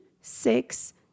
six